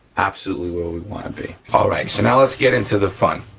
absolutely where we wanna be. all right, so now let's get into the fun.